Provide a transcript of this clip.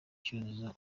cyuzuzo